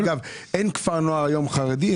אגב אין כפר נוער היום חרדי.